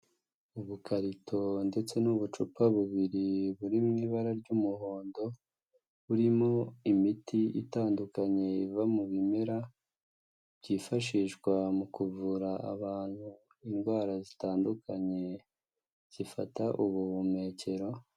Ubukarito ndetse n'ubucupa bubiri buri mu ibara ry'umuhondo, burimo imiti itandukanye iva mu bimera byifashishwa mu kuvura abantu, indwara zitandukanye zifata ubuhumekero.